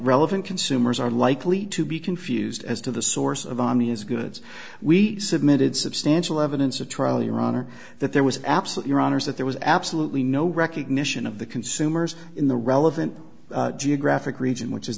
relevant consumers are likely to be confused as to the source of ami is good we submitted substantial evidence of trial your honor that there was absolute your honour's that there was absolutely no recognition of the consumers in the relevant geographic region which is